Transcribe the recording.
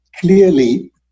Clearly